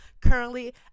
currently